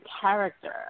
character